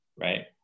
right